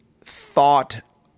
thought